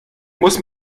muss